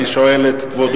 אני שואל את כבוד